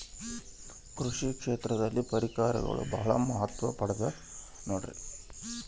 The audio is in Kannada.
ಕೃಷಿ ಕ್ಷೇತ್ರದಲ್ಲಿ ಪರಿಕರಗಳು ಬಹಳ ಮಹತ್ವ ಪಡೆದ ನೋಡ್ರಿ?